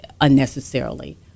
unnecessarily